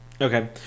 Okay